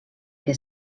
que